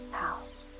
house